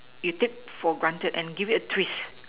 you take for granted and give it a twist